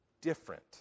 different